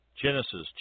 Genesis